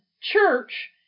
church